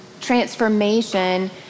transformation